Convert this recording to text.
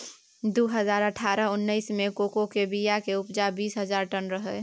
दु हजार अठारह उन्नैस मे कोको केर बीया केर उपजा बीस हजार टन रहइ